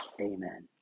Amen